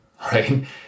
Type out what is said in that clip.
right